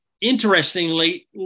interestingly